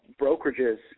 brokerages